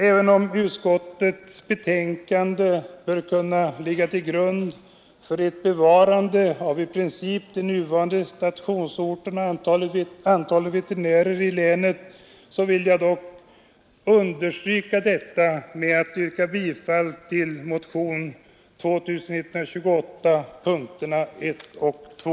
Även om utskottets betänkande bör kunna ligga till grund för ett bevarande i princip av de nuvarande stationsorterna och antalet veterinärer i länet vill jag dock understryka önskvärdheten av detta med att yrka bifall till motionen 2128, punkterna 1 och 2.